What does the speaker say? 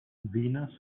venus